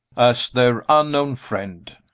as their unknown friend.